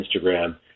Instagram